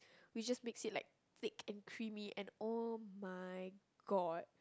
we just mix it like thick and creamy and [oh]-my-god